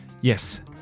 Yes